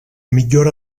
millora